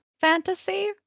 fantasy